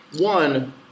one